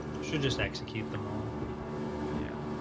should just execute them all yeah